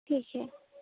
ٹھیک ہے